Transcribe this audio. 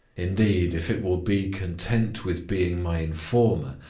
indeed, if it will be content with being my informer,